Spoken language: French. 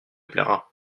plaira